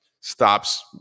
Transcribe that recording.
stops